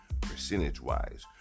percentage-wise